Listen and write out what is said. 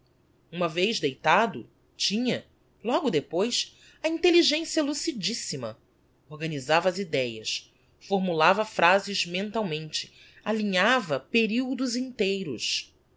uma vez deitado tinha logo depois a intelligencia lucidissima organisava as idéas formulava phrases mentalmente alinhava periodos inteiros